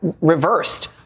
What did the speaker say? reversed